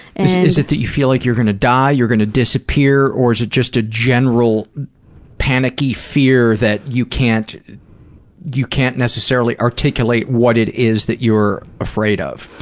is it that you feel like you're going to die, you're going to disappear, or is it just a general panicky fear that you can't you can't necessarily articulate what it is that you're afraid of?